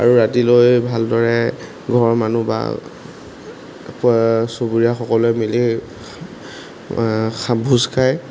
আৰু ৰাতিলৈ ভালদৰে ঘৰৰ মানুহ বা চুবুৰীয়া সকলোৱে মিলি সা ভোজ খায়